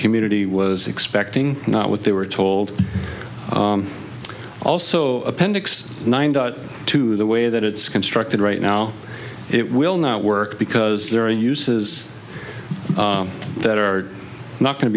community was expecting not what they were told also appendix nine to the way that it's constructed right now no it will not work because there are uses that are not going to